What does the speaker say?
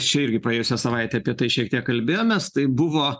čia irgi praėjusią savaitę apie tai šiek tiek kalbėjomės tai buvo